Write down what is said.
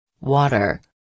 Water